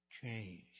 change